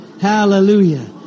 Hallelujah